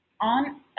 on